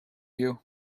you